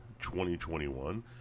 2021